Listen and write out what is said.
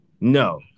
No